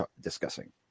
discussing